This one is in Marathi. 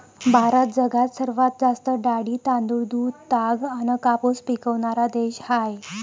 भारत जगात सर्वात जास्त डाळी, तांदूळ, दूध, ताग अन कापूस पिकवनारा देश हाय